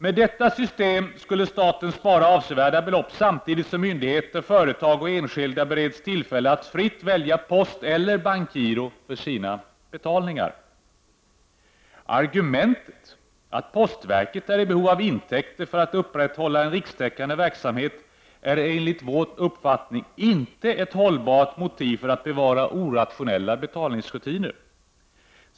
Med detta system skulle staten spara avsevärda belopp, samtidigt som myndigheter, företag och enskilda bereds tillfälle att fritt välja posteller bankgiro för sina betalningar. Argumentet att postverket är i behov av intäkter för att upprätthålla en rikstäckande verksamhet är enligt vår uppfattning inte ett hållbart motiv för att bevara orationella betalningsrutiner.